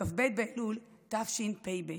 בכ"ב באלול תשפ"ב.